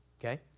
Okay